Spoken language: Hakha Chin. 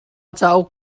cauk